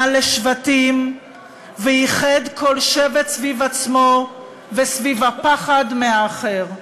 לשבטים ואיחד כל שבט סביב עצמו וסביב הפחד מהאחר.